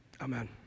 Amen